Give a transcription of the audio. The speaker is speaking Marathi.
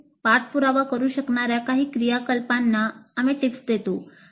आपण पाठपुरावा करु शकणार्या काही क्रियाकलापांना आम्ही टिप्स देतो